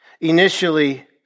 Initially